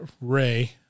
Ray